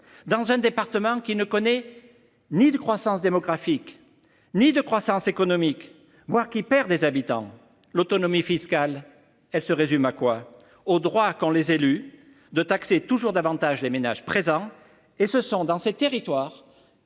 Dans un département qui ne connaît ni croissance démographique ni croissance économique, voire qui perd des habitants, à quoi se résume l’autonomie fiscale ? Au droit qu’ont les élus de taxer toujours davantage les ménages présents. Or c’est dans les territoires